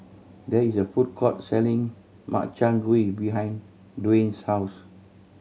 there is a food court selling Makchang Gui behind Dwain's house